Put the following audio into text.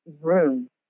room